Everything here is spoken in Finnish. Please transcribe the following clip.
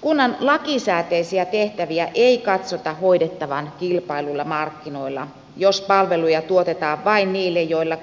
kunnan lakisääteisiä tehtäviä ei katsota hoidettavan kilpailluilla markkinoilla jos palveluja tuotetaan vain niille joille